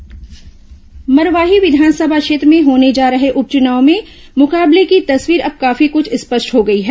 मरवाही उपचुनाव मरवाही विधानसभा क्षेत्र में होने जा रहे उपचुनाव में मुकाबले की तस्वीर अब काफी कुछ स्पष्ट हो गई है